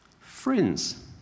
friends